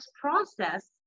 process